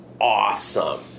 awesome